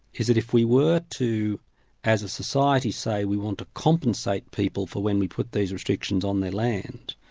is that if we were to as a society say we want to compensate people for when we put these restrictions on their land,